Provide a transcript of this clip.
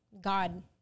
God